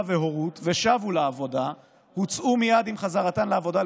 והורות ושבו לעבודה הוצאו לחל"ת מייד עם חזרתן לעבודה,